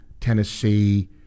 Tennessee